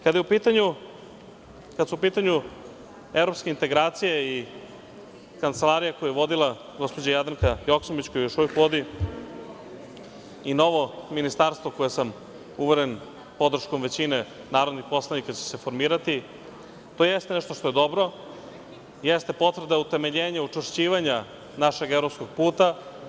Kada su pitanju evropske integracije i Kancelarija koju je vodila gospođa Jadranka Joksimović, i koju još uvek vodi, i novo ministarstvo, koje će se uveren sam podrškom većine narodnih poslanika formirati, to je nešto što je dobro, jeste potvrda utemeljenja, učvršćivanja našeg evropskog puta.